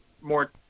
more